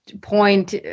point